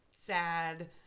sad